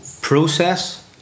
process